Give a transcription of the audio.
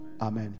amen